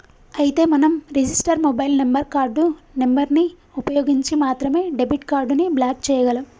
అయితే మనం register mobile number card number ని ఉపయోగించి మాత్రమే డెబిట్ కార్డు ని బ్లాక్ చేయగలం